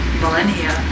millennia